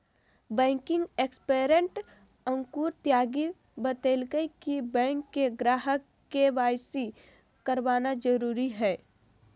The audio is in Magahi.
बैंकिंग एक्सपर्ट अंकुर त्यागी बतयलकय कि बैंक के ग्राहक के.वाई.सी करवाना जरुरी हइ